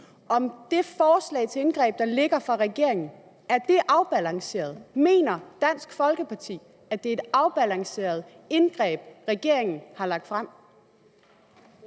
om det forslag til et indgreb, der ligger fra regeringen, er afbalanceret? Mener Dansk Folkeparti, at det er et afbalanceret indgreb, regeringen har lagt frem?